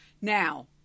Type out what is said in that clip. now